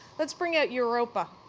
let's bring out europa.